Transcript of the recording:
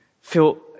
feel